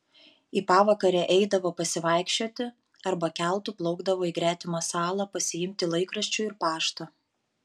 į pavakarę eidavo pasivaikščioti arba keltu plaukdavo į gretimą salą pasiimti laikraščių ir pašto